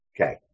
Okay